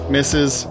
Misses